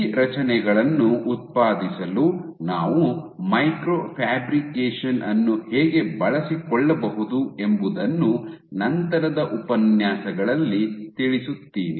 ಈ ರಚನೆಗಳನ್ನು ಉತ್ಪಾದಿಸಲು ನಾವು ಮೈಕ್ರೊ ಫ್ಯಾಬ್ರಿಕೇಶನ್ ಅನ್ನು ಹೇಗೆ ಬಳಸಿಕೊಳ್ಳಬಹುದು ಎಂಬುದನ್ನು ನಂತರದ ಉಪನ್ಯಾಸಗಳಲ್ಲಿ ತಿಳಿಸುತ್ತೀನಿ